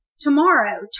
Tomorrow